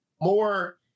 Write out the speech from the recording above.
more –